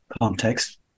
context